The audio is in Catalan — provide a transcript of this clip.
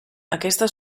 aquesta